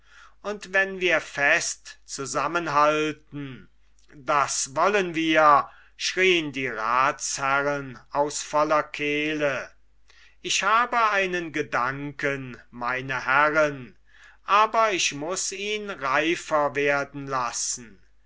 und wenn wir fest zusammenhalten das wollen wir schrien die ratsherren aus voller kehle ich habe einen gedanken meine herren aber ich muß ihn reifer werden lassen